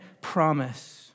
promise